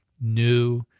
new